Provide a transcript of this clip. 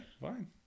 fine